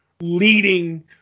leading